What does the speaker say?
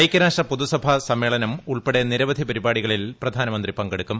ഐക്യരാഷ്ട്ര പൊതുസഭ സമ്മേളനം ഉൾപ്പെടെ നിരവധി പരിപാടികളിൽ പ്രധാനമന്ത്രി പങ്കെടുക്കും